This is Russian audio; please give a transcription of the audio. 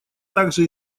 также